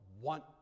want